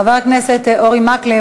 חבר הכנסת אורי מקלב,